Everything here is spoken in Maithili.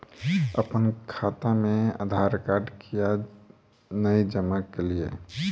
अप्पन खाता मे आधारकार्ड कियाक नै जमा केलियै?